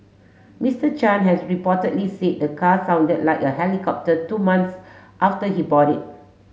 Mister Chan has reportedly said the car sounded like a helicopter two months after he bought it